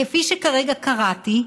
כפי שכרגע קראתי,